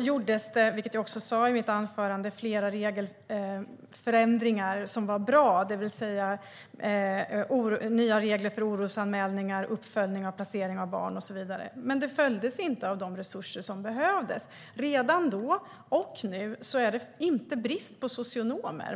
gjordes det flera regelförändringar som var bra, vilket jag också sa i mitt anförande. Det infördes nya regler för orosanmälningar, uppföljning av placering av barn och så vidare. De åtföljdes dock inte av de resurser som behövdes. Det var och är ingen brist på socionomer.